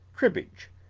cribbage,